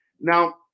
Now